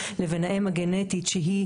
לבין האם הגנטית שהיא